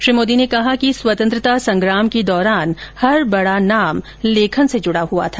श्री मोदी ने कहा कि स्वतंत्रता संग्राम के दौरान हर बड़ा नाम लेखन से जुड़ा हुआ था